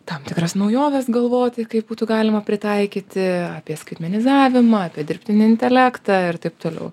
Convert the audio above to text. tam tikras naujoves galvoti kaip būtų galima pritaikyti apie skaitmenizavimą apie dirbtinį intelektą ir taip toliau